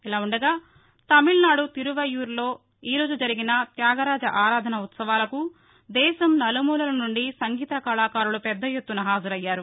ఇలా ఉండగా తమిళనాడు తిరువైయ్యూరులో ఈరోజు జరిగిన త్యాగరాజ ఆరాధన ఉత్సవాలకు దేశం నలుమూలల నుండి సంగీత కళాకారులు పెద్ద ఎత్తున హాజరయ్యారు